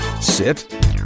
Sit